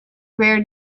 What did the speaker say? rare